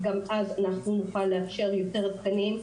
כי גם אז אנחנו נוכל לאפשר יותר תקנים.